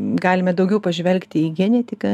galime daugiau pažvelgti į genetiką